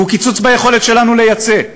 והוא קיצוץ ביכולת שלנו לייצא.